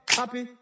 happy